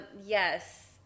Yes